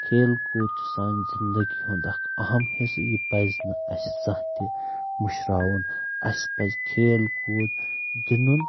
کھیل کوٗد چھِ سانہِ زندگی ہُند اکھ اہم حصہٕ یہِ پزِ نہٕ اسہِ زانٛہہ تہِ مٔشراوُن اسہِ پزِ کھیل کوٗد گِندُن